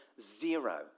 zero